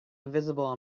invisible